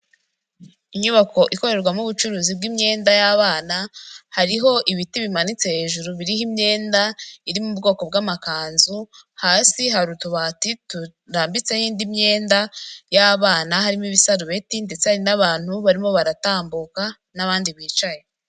Inyubako ikorerwamo ubucuruzi bw'imyenda y'abana, hariho ibiti bimanitse hejuru biriho imyenda iri mu bwoko bw'amakanzu hasi hari utubati turarambitseho indi myenda y'abana harimo ibisarubeti ndetse n'abantu barimo baratambuka n'abandi bicaye.